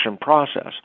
process